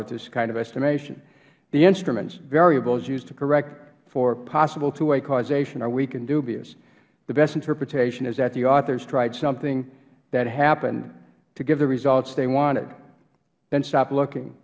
with this kind of estimation the instruments variables used to correct for possible two way causation are weak and dubious the best interpretation is that the authors tried something that happened to give the results they wanted then stopped looking